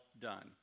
done